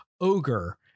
ogre